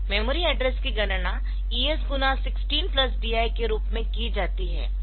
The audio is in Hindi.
मेमोरी एड्रेस की गणना ES गुणा 16 प्लस DS के रूप में की जाती है